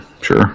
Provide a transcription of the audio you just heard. sure